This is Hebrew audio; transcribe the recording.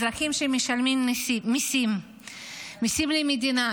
אזרחים שמשלמים מיסים למדינה,